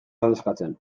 ordezkatzen